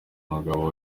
umugabo